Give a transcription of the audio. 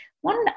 one